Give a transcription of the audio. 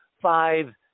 five